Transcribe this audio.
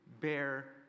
bear